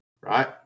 right